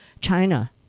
China